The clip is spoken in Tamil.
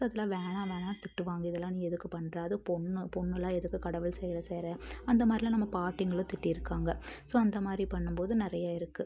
ஸோ அதெல்லாம் வேணாம் வேணாம்னு திட்டுவாங்க இதெல்லாம் நீ எதுக்கு பண்ணுற அதுவும் பொண்ணு பொண்ணெல்லாம் எதுக்கு கடவுள் சிலை செய்கிற அந்த மாதிரிலாம் நம்ம பாட்டிங்களும் திட்டி இருக்காங்க ஸோ அந்த மாதிரி பண்ணும்போது நிறைய இருக்குது